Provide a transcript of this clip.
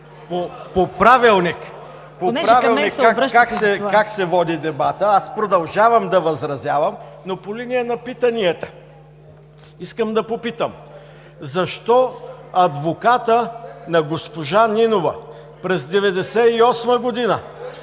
…по Правилник как се води дебатът, аз продължавам да възразявам, но по линия на питанията искам да попитам: защо адвокатът на госпожа Нинова през 1998 г.